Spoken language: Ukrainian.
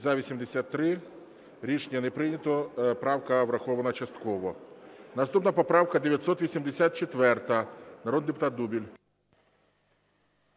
За-83 Рішення не прийнято. Правка врахована частково. Наступна поправка 984. Народний